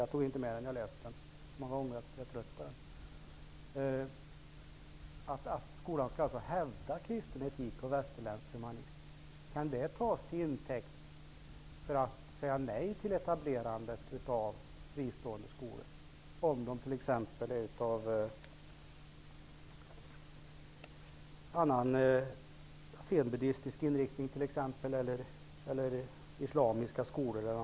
Jag tog inte med den eftersom jag nu läst den så många gånger att jag är trött på den. Kan det tas till intäkt för att säga nej till etablerandet av fristående skolor om de t.ex har zenbuddistisk eller islamisk inriktning?